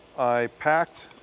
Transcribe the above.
i packed